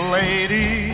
lady